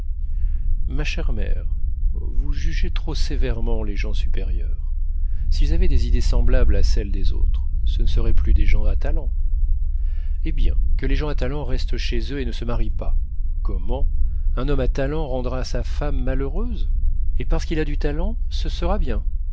ma chère mère vous jugez trop sévèrement les gens supérieurs s'ils avaient des idées semblables à celles des autres ce ne seraient plus des gens à talent eh bien que les gens à talent restent chez eux et ne se marient pas comment un homme à talent rendra sa femme malheureuse et parce qu'il a du talent ce sera bien